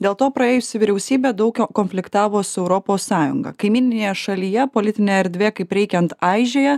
dėl to praėjusi vyriausybė daukio konfliktavo su europos sąjunga kaimyninėje šalyje politinė erdvė kaip reikiant aižėja